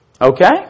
Okay